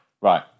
right